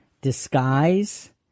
disguise